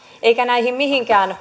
eivätkä näistä mihinkään